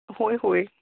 होय होय